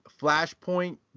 Flashpoint